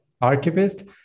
Archivist